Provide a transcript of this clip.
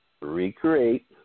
recreate